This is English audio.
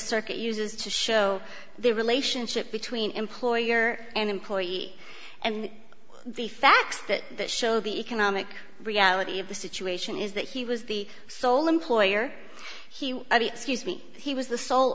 circuit uses to show the relationship between employer and employee and the facts that show the economic reality of the situation is that he was the sole employer he scuse me he was